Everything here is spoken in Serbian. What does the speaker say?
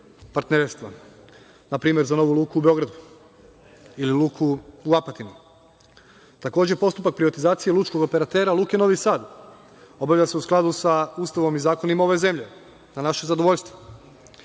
partnerstva npr. za novu luku u Beogradu ili luku u Apatinu. Takođe, postupak privatizacije lučkih operatera luke Novi Sad obavlja se u skladu sa Ustavom i zakonima ove zemlje na naše zadovoljstvo,